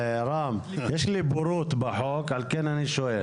רם, יש לי בורות לגבי החוק ועל כן אני שואל.